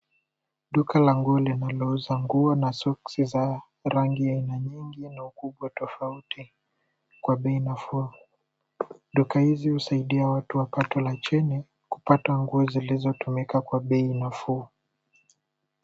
Duka la nguo linalouza nguo na soksi za rangi ya aina nyingi na ukubwa tofauti kwa bei nafuu. Duka hizi husaidia watu wa pato la chini kupata nguo zilizotumika kwa bei nafuu.